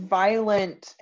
violent